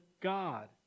God